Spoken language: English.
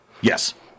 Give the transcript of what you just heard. Yes